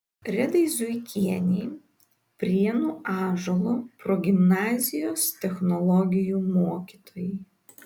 redai zuikienei prienų ąžuolo progimnazijos technologijų mokytojai